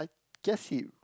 I guess he